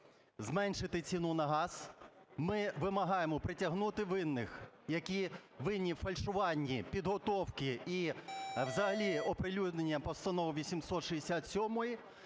зменшити ціну на газ, ми вимагаємо притягнути винних, які винні у фальшуванні підготовки і взагалі оприлюднення Постанови 867-ї,